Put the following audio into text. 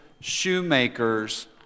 shoemaker's